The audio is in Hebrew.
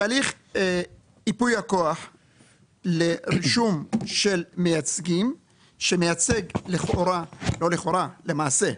תהליך ייפוי הכוח לרישום של מייצג שמייצג למעשה,